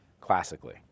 classically